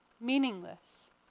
meaningless